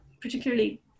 particularly